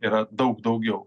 yra daug daugiau